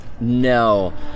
No